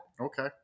Okay